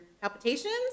palpitations